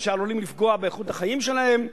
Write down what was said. שעלולים לפגוע באיכות החיים שלהם.